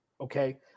okay